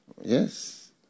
Yes